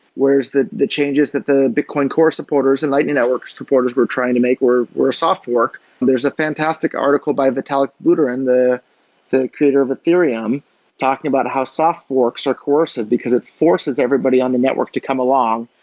whereas, the the changes that the bitcoin core supporters and lightning network supporters were trying to make we're a soft fork there's a fantastic article by vitalik buterin, the the creator of ethereum talking about how soft works are coercive, because it forces everybody on the network to come along.